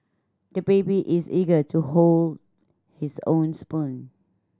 the baby is eager to hold his own spoon